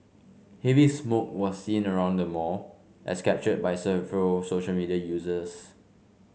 heavy smoke was seen around the mall as captured by several social media users